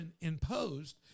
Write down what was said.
imposed